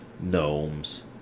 gnomes